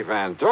Van